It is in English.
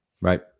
Right